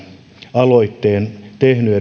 aloitteen tehnyt